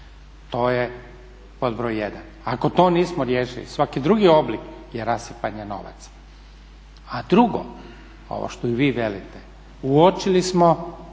To je pod broj jedan. Ako to nismo riješili svaki drugi oblik je rasipanje novaca. A drugo, ovo što i vi velite, uočili smo